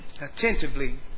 attentively